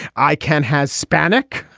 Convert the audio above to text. i can has spanish.